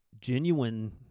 genuine